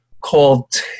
called